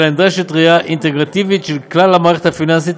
אלא נדרשת ראייה אינטגרטיבית של כלל המערכת הפיננסית,